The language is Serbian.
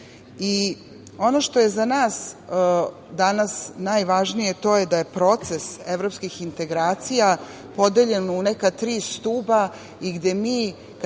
rata. Ono što je za nas danas najvažnije, to je da proces evropskih integracija podeljen u neka tri stuba, gde mi